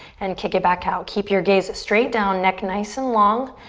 and kick it back out. keep your gaze straight down, neck nice and long.